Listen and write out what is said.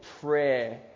prayer